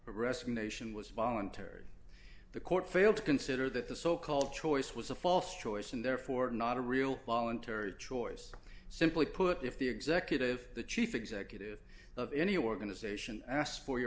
progressive nation was voluntary the court failed to consider that the so called choice was a false choice and therefore not a real voluntary choice simply put if the executive the chief executive of any organization asked for your